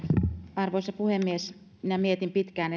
arvoisa puhemies minä mietin pitkään